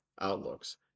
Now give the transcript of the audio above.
outlooks